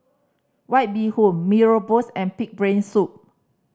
White Bee Hoon Mee Rebus and pig brain soup